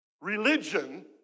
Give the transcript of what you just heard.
religion